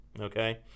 okay